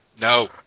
No